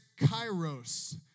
kairos